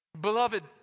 Beloved